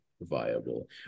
viable